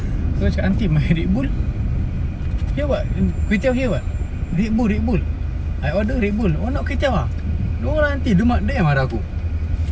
so cakap dengan him ah Red Bull okay [what] kway teow here [what] Red Bull Red Bull I order Red Bull oh not kway teow ah tu aunty tu mak dia lah marah aku